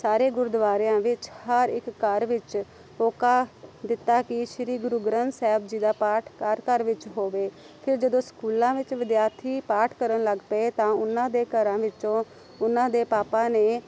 ਸਾਰੇ ਗੁਰਦੁਆਰਿਆਂ ਵਿੱਚ ਹਰ ਇੱਕ ਘਰ ਵਿੱਚ ਹੋਕਾ ਦਿੱਤਾ ਕਿ ਸ਼੍ਰੀ ਗੁਰੂ ਗ੍ਰੰਥ ਸਾਹਿਬ ਜੀ ਦਾ ਪਾਠ ਘਰ ਘਰ ਵਿੱਚ ਹੋਵੇ ਫਿਰ ਜਦੋਂ ਸਕੂਲਾਂ ਵਿੱਚ ਵਿਦਿਆਰਥੀ ਪਾਠ ਕਰਨ ਲੱਗ ਪਏ ਤਾਂ ਉਹਨਾਂ ਦੇ ਘਰਾਂ ਵਿੱਚੋਂ ਉਹਨਾਂ ਦੇ ਪਾਪਾ ਨੇ